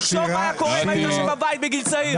תחשוב מה היה קורה אם היית יושב בבית בגיל צעיר.